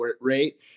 rate